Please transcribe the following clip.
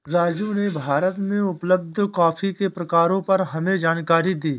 राजू ने भारत में उपलब्ध कॉफी के प्रकारों पर हमें जानकारी दी